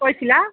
কৈছিলা